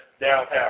downtown